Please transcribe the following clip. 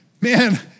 Man